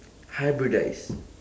hybridise